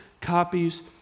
copies